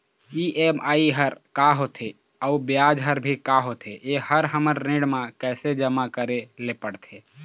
EMI हर का होथे अऊ ब्याज हर भी का होथे ये हर हमर ऋण मा कैसे जमा करे ले पड़ते?